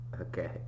Okay